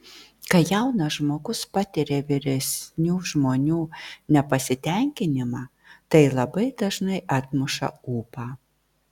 kai jaunas žmogus patiria vyresnių žmonių nepasitenkinimą tai labai dažnai atmuša ūpą